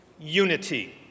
Unity